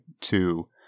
two